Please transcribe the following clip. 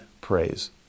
praise